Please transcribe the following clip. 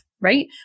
right